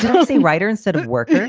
he's a writer instead of work.